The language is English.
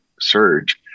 surge